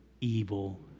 evil